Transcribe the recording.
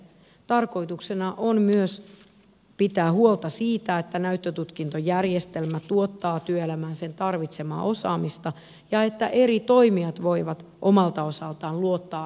tarkoituksena on myös pitää huolta siitä että näyttötutkintojärjestelmä tuottaa työelämään sen tarvitsemaa osaamista ja että eri toimijat voivat omalta osaltaan luottaa järjestelmän laatuun